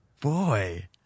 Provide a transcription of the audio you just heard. Boy